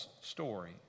story